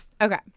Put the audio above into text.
Okay